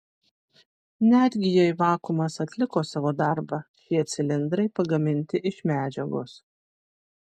netgi jei vakuumas atliko savo darbą šie cilindrai pagaminti iš medžiagos